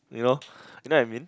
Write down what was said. you know you know what I mean